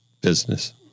business